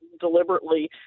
deliberately